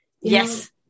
yes